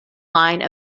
line